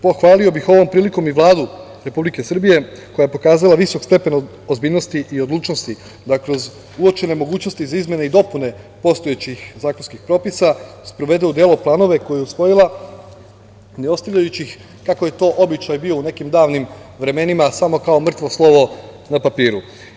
Pohvalio bih ovom prilikom i Vladu Republike Srbije, koja je pokazala visok stepen ozbiljnosti i odlučnosti, da kroz uočene mogućnosti za izmene i dopune postojećih zakonskih propisa sprovede u delo planove koje je usvojila ne ostavljajući ih, kako je to obično i bio u nekim davnim vremenima samo kao mrtvo slovo na papiru.